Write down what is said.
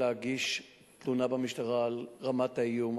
להגיש תלונה במשטרה על רמת האיום,